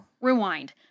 Rewind